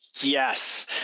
Yes